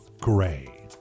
Gray